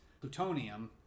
plutonium